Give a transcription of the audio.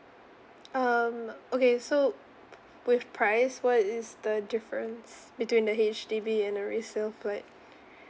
um okay so with price what is the difference between the H_D_B and a resale flat